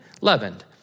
leavened